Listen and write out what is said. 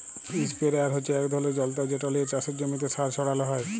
ইসপেরেয়ার হচ্যে এক ধরলের যন্তর যেট লিয়ে চাসের জমিতে সার ছড়ালো হয়